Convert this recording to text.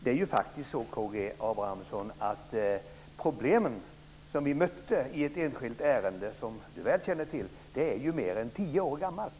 Det är faktiskt så, K G Abramsson, att de problem som vi mötte i ett enskilt ärende, som K G Abramsson väl känner till, är mer än tio år gamla.